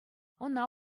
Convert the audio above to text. ӑна